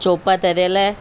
चौपा तरियल